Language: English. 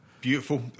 Beautiful